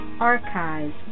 archives